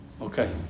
Okay